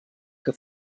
que